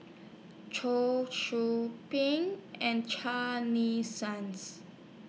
Cheong Soo Pieng and Charney Suns